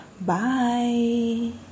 Bye